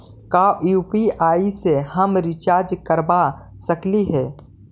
का यु.पी.आई से हम रिचार्ज करवा सकली हे?